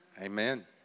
Amen